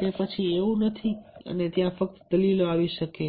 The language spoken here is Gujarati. તે પછી એવું નથી અને ત્યાં ફક્ત દલીલો આવી શકે છે